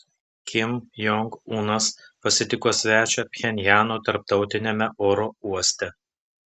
kim jong unas pasitiko svečią pchenjano tarptautiniame oro uoste